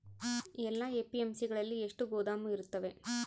ಎಲ್ಲಾ ಎ.ಪಿ.ಎಮ್.ಸಿ ಗಳಲ್ಲಿ ಎಷ್ಟು ಗೋದಾಮು ಇರುತ್ತವೆ?